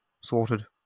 Sorted